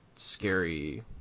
Scary